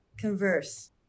Converse